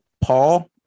Paul